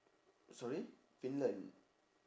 sorry finland